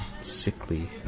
sickly